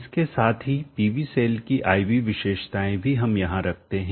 इसके साथ ही पीवी सेल की I V विशेषताएं भी हम यहां रखते हैं